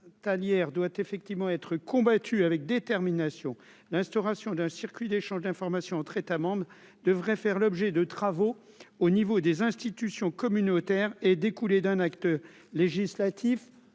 la fraude tanière doit effectivement être combattue avec détermination l'instauration d'un circuit d'échange d'informations entre États membres, devrait faire l'objet de travaux au niveau des institutions communautaires et découler d'un acte législatif